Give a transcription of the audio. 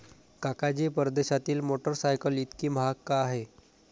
काका जी, परदेशातील मोटरसायकल इतकी महाग का आहे?